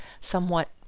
somewhat